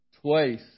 twice